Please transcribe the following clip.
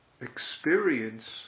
experience